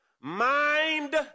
Mind